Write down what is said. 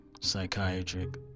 Psychiatric